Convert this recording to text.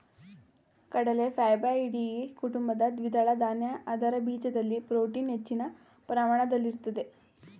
ಕಡಲೆ ಫ್ಯಾಬಾಯ್ಡಿಯಿ ಕುಟುಂಬದ ದ್ವಿದಳ ಧಾನ್ಯ ಅದರ ಬೀಜದಲ್ಲಿ ಪ್ರೋಟೀನ್ ಹೆಚ್ಚಿನ ಪ್ರಮಾಣದಲ್ಲಿರ್ತದೆ